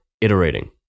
iterating